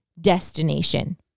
destination